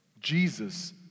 Jesus